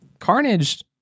Carnage